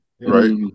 right